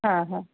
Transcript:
हां हां